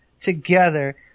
together